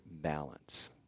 balance